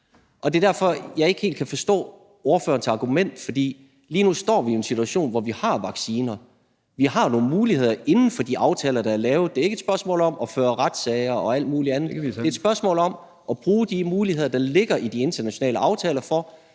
Det er derfor, jeg ikke helt kan forstå ordførerens argument. For vi står jo lige nu i en situation, hvor vi har vacciner. Vi har nogle muligheder inden for de aftaler, der er lavet. Det er ikke et spørgsmål om at føre retssager og alt muligt andet, men det er et spørgsmål om at bruge de muligheder, der ligger i de internationale aftaler, for